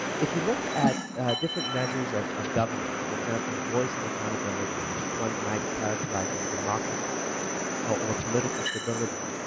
if you look at different measures of of governance, for example voice and accountability which one might characterize as democracy or political stability,